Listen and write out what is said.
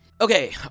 Okay